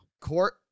Court